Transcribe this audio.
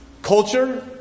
culture